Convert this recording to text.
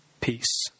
peace